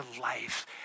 life